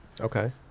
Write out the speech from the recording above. Okay